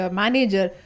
manager